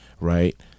Right